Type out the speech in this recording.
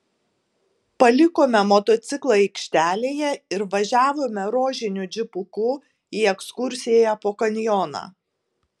palikome motociklą aikštelėje ir važiavome rožiniu džipuku į ekskursiją po kanjoną